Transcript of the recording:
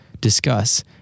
discuss